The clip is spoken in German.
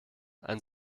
ein